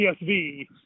CSV